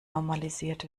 normalisiert